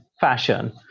fashion